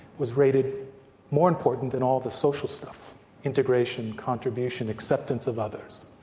was rated more important than all of the social stuff integration, contribution, acceptance of others.